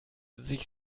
sich